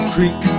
Creek